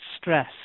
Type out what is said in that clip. stress